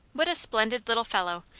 what a splendid little fellow,